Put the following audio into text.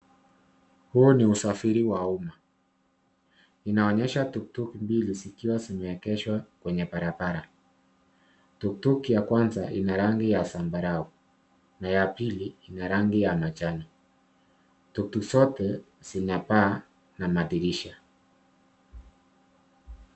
Huu ni usafiri wa umma. Inaonyesha tuktuk mbili zikiwa zimeegeshwa kwenye barabara. Tuktuk ya kwanza ina rangi ya zambarau na ya pili ina rangi ya manjano. Tuktuk zote zina paa na madirisha.